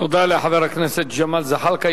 תודה לחבר הכנסת ג'מאל זחאלקה.